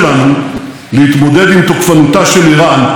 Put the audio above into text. אנו פועלים נגד המשטר האיראני צבאית בסוריה,